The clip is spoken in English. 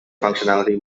functionality